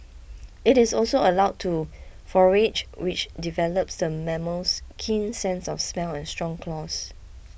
it is also allowed to forage which develops the mammal's keen sense of smell and strong claws